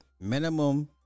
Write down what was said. Minimum